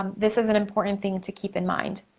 um this is an important thing to keep in mind,